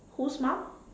who's mom